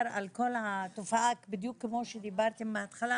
על כל התופעה בדיוק כמו שדיברתם מהתחלה,